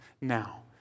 now